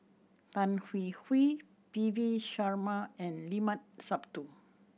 Tan Hwee Hwee P V Sharma and Limat Sabtu